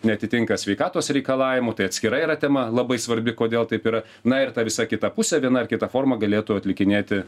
neatitinka sveikatos reikalavimų tai atskira yra tema labai svarbi kodėl taip yra na ir ta visa kita pusė viena ar kita forma galėtų atlikinėti